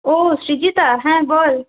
ও সৃজিতা হ্যাঁ বল